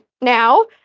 now